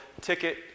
ticket